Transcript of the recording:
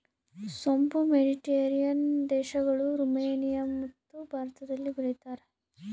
ಸೋಂಪು ಮೆಡಿಟೇರಿಯನ್ ದೇಶಗಳು, ರುಮೇನಿಯಮತ್ತು ಭಾರತದಲ್ಲಿ ಬೆಳೀತಾರ